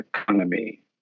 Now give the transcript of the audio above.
economy